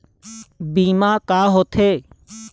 बीमा का होते?